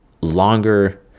longer